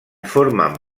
formen